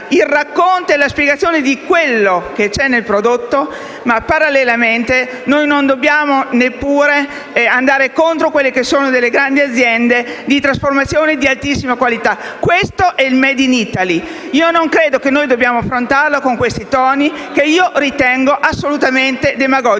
il racconto e la spiegazione di quello che c'è dentro. Parallelamente, però non dobbiamo neppure andare contro le grandi aziende di trasformazione e di altissima qualità. Questo è il *made in Italy* e non credo che dobbiamo affrontarlo con questi toni, che ritengo assolutamente demagogici.